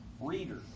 reader